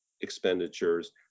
expenditures